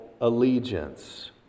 allegiance